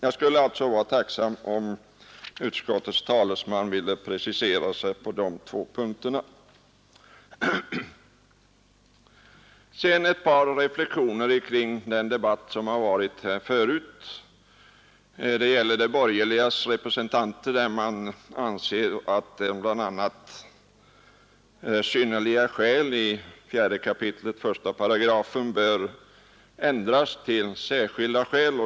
Jag skulle alltså vara tacksam om utskottets talesman ville precisera på dessa två punkter. Sedan ett par reflexioner kring den debatt som har förts här. De borgerligas representanter anser att bl.a. ”synnerliga skäl” i 4 kap. 1 § bör ändras till ”särskilda skäl”.